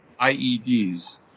IEDs